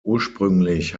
ursprünglich